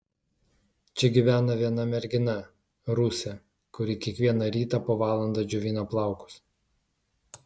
čia gyvena viena mergina rusė kuri kiekvieną rytą po valandą džiovina plaukus